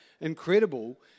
incredible